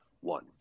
one